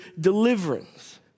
deliverance